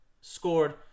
scored